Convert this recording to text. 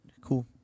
Cool